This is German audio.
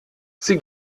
sie